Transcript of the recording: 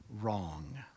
wrong